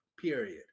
Period